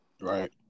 right